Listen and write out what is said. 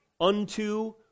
Unto